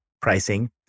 pricing